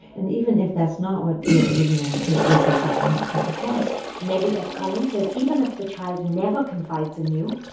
and even if that's not what your original intent is, that's often how it comes across mary beth collins says even if the child never confides in you,